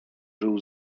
żył